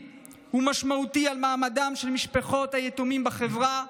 ומשמעותי על מעמדן של משפחות היתומים בחברה,